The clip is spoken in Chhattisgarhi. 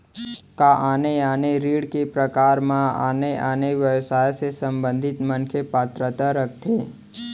का आने आने ऋण के प्रकार म आने आने व्यवसाय से संबंधित मनखे पात्रता रखथे?